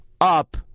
up